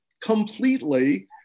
completely